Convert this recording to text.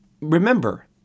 remember